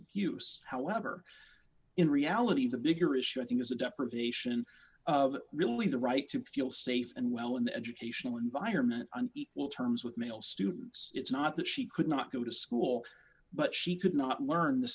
abuse however in reality the bigger issue i think is the deprivation of really the right to feel safe and well in the educational environment on equal terms with male students it's not that she could not go to school but she could not learn the